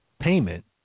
payment